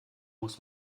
muss